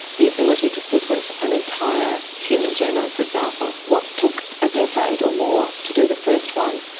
the ability to sequence an entire human genome, for example, what took a decade or more to do the first one,